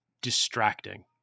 distracting